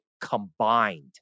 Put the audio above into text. combined